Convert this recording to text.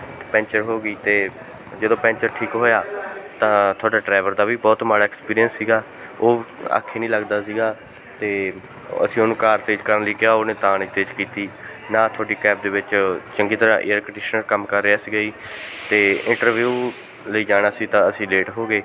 ਅਤੇ ਪੈਂਚਰ ਹੋ ਗਈ ਅਤੇ ਜਦੋਂ ਪੈਂਚਰ ਠੀਕ ਹੋਇਆ ਤਾਂ ਤੁਹਾਡੇ ਡਰਾਈਵਰ ਦਾ ਵੀ ਬਹੁਤ ਮਾੜਾ ਐਕਸਪੀਰੀਅੰਸ ਸੀਗਾ ਉਹ ਆਖੇ ਨਹੀਂ ਲੱਗਦਾ ਸੀਗਾ ਅਤੇ ਅਸੀਂ ਉਹਨੂੰ ਕਾਰ ਤੇਜ਼ ਕਰਨ ਲਈ ਕਿਹਾ ਉਹਨੇ ਤਾਂ ਨਹੀਂ ਤੇਜ਼ ਕੀਤੀ ਨਾ ਤੁਹਾਡੀ ਕੈਬ ਦੇ ਵਿੱਚ ਚੰਗੀ ਤਰ੍ਹਾਂ ਏਅਰ ਕੰਡੀਸ਼ਨਰ ਕੰਮ ਕਰ ਰਿਹਾ ਸੀਗਾ ਜੀ ਅਤੇ ਇੰਟਰਵਿਊ ਲਈ ਜਾਣਾ ਸੀ ਤਾਂ ਅਸੀਂ ਲੇਟ ਹੋ ਗਏ